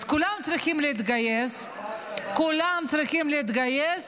אז כולם צריכים להתגייס, כולם צריכים להתגייס,